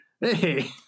Hey